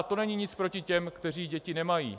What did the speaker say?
To není nic proti těm, kteří děti nemají.